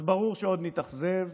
אז ברור שעוד נתאכזב